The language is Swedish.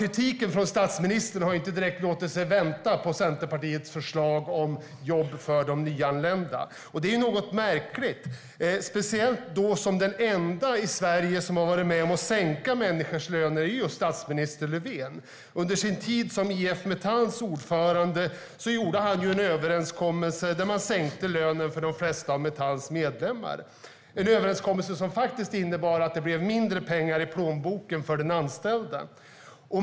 Kritiken från statsministern mot Centerpartiets förslag om jobb för de nyanlända har inte direkt låtit vänta på sig. Det är något märkligt, särskilt som den enda i Sverige som har varit med om att sänka människors löner är just statsminister Löfven. Under sin tid som IF Metalls ordförande gjorde han ju en överenskommelse där man sänkte lönen för de flesta av Metalls medlemmar. Det var en överenskommelse som faktiskt innebar att det blev mindre pengar i plånboken för den anställde.